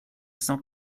cent